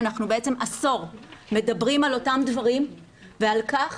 אנחנו בעצם עשור מדברים על אותם דברים ועל כך